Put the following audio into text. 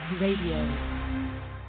Radio